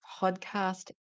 podcast